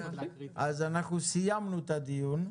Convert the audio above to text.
אז אנחנו סיימנו את הדיון.